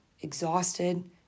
exhausted